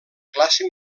classe